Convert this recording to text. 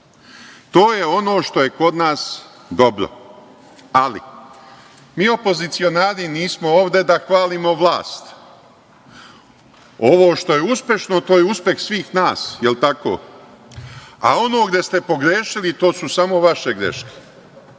To je ono što je kod nas dobro. Ali, mi opozicionari nismo ovde da hvalimo vlast, ovo što je uspešno to je uspeh svih nas, jel tako, a ono gde ste pogrešili to su samo vaše greške